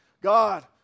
God